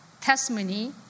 testimony